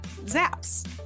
Zaps